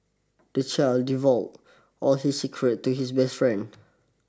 the child divulged all his secrets to his best friend